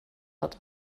hat